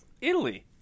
italy